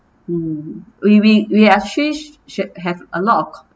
um we we we actually sha~ have a lot of com~